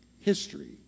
History